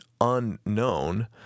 unknown